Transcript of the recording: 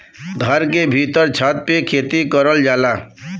घर के भीत्तर छत पे खेती करल जाला